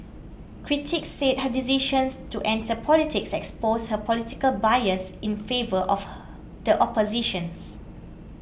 critics said her decisions to enter politics exposed her political bias in favour of the oppositions